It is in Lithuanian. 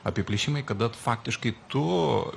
apiplėšimai kada faktiškai tu